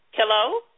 Hello